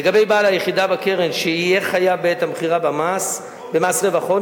לגבי בעל היחידה בקרן שיהיה חייב בעת המכירה במס רווח הון,